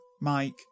Mike